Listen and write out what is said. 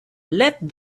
let